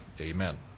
Amen